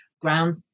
ground